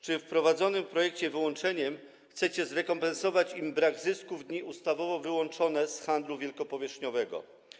Czy we wprowadzonym projekcie wyłączeniem chcecie zrekompensować im brak zysków w dni ustawowo wyłączone z handlu wielkopowierzchniowego?